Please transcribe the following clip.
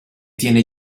tiene